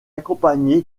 accompagné